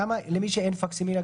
למי שאין לו פקסימיליה,